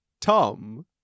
Tom